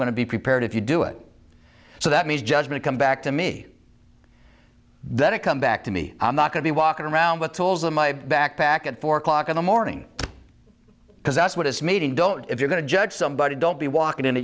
going to be prepared if you do it so that means judgment come back to me that it come back to me i'm not going to be walking around with tools in my backpack at four o'clock in the morning because that's what it's made and don't if you're going to judge somebody don't be walking in